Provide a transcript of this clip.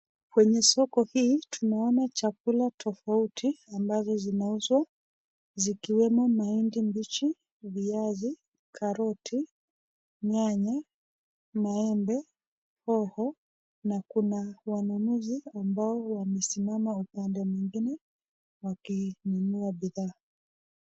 Kwenye soko hii, tunaona chakula tofauti ambazo zinauzwa, zikiwemo; mahindi mbichi, viazi, karoti, nyanya, maembe, hoho na kuna wanunuzi ambao wamesimama upande mwingine wakinunua bidhaa.